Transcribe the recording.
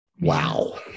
Wow